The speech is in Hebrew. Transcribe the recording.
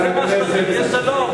יהיה שלום,